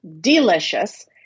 delicious